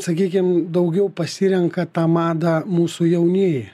sakykim daugiau pasirenka tą madą mūsų jaunieji